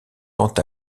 quant